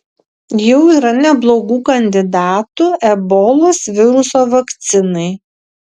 jau yra neblogų kandidatų ebolos viruso vakcinai